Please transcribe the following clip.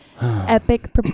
Epic